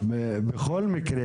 בכל מקרה,